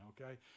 okay